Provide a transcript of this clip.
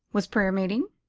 was prayer-meeting?